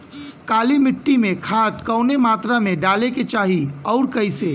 काली मिट्टी में खाद कवने मात्रा में डाले के चाही अउर कइसे?